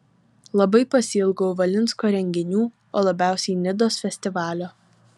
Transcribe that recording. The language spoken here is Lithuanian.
labai pasiilgau valinsko renginių o labiausiai nidos festivalio